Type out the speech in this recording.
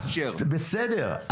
בסדר,